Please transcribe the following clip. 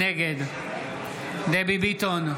נגד דבי ביטון,